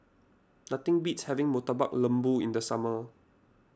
nothing beats having Murtabak Lembu in the summer